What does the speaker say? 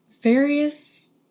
various